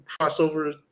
crossover